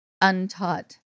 untaught